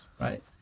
right